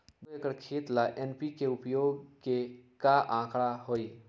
दो एकर खेत ला एन.पी.के उपयोग के का आंकड़ा होई?